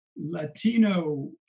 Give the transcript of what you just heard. Latino